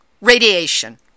Radiation